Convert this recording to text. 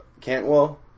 Cantwell